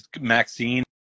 Maxine